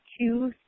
two